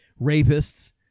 rapists